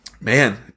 man